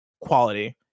quality